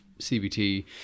CBT